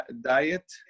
diet